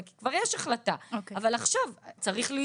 נדמה לי שכן אבל אני רק אומר שצריך לוודא.